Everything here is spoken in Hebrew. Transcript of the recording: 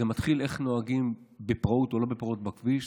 זה מתחיל מאיך נוהגים בפראות או לא בפראות בכביש,